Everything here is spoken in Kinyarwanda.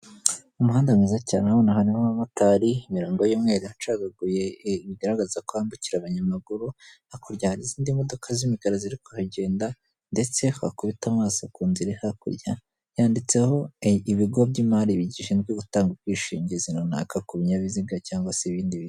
Umuhanda mwiza cyane urabona harimo abamotari, imirongo y'umweru icagaguye bigaragaza ko hambukira abanyamaguru, hari izindi modoka z'imikara ziri kuhagenda ndetse wakubita amaso ku nzu iri hakurya, yanditseho:"Ibigo by'imari bishinzwe gutanga ubwishingizi runaka ku binyabiziga cyangwa se ibindi bintu."